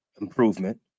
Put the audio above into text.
improvement